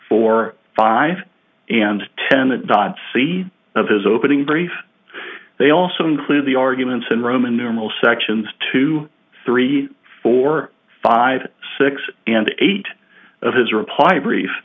four five and ten a dot c of his opening brief they also include the arguments in roman numeral sections two three four five six and eight of his reply brief